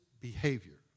behavior